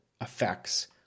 effects